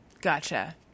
Gotcha